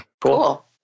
Cool